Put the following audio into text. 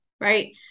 Right